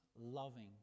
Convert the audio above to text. loving